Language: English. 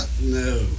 No